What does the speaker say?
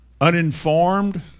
uninformed